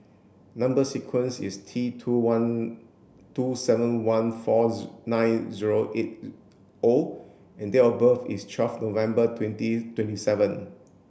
number sequence is T two seven one four nine zero eight O and date of birth is twelfth November twenty twenty seven